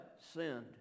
sinned